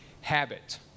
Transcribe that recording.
Habit